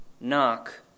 Knock